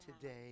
today